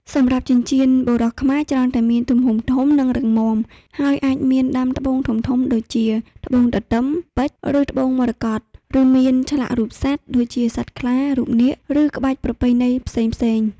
សម្រាប់ចិញ្ចៀនបុរសខ្មែរច្រើនតែមាន ទំហំធំ និងរឹងមាំ ហើយអាចមាន ដាំត្បូងធំៗ ដូចជា ត្បូងទទឹម ពេជ្រ ឬត្បូងមរកត ឬមាន ឆ្លាក់រូបសត្វ ដូចជាសត្វខ្លា រូបនាគ ឬក្បាច់ប្រពៃណីផ្សេងៗ។